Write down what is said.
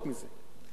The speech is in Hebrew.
גם לחקור,